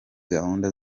gahunda